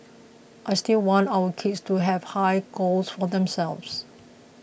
I still want our kids to have high goals for themselves